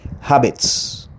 Habits